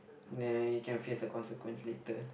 neh you can face the consequence later